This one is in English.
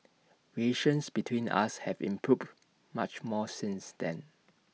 relations between us have improved much more since then